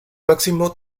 máximo